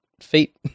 feet